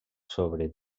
sobre